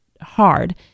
hard